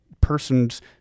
person's